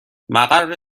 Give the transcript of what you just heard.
مقر